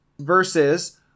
versus